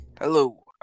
Hello